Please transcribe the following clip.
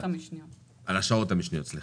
שני